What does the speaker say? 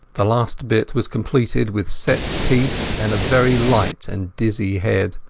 the last bit was completed with set teeth and a very light and dizzy head.